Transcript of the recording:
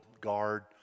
guard